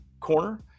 corner